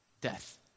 death